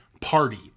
party